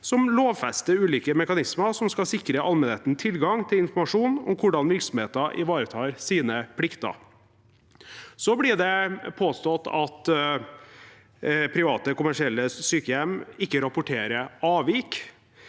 som lovfester ulike mekanismer som skal sikre allmennheten tilgang til informasjon om hvordan virksomheter ivaretar sine plikter. Så blir det påstått at private kommersielle sykehjem ikke rapporterer avvik,